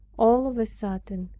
all of a sudden,